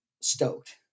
stoked